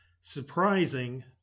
surprising